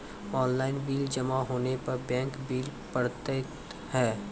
Online bill जमा होने पर बैंक बिल पड़तैत हैं?